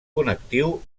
connectiu